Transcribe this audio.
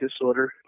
disorder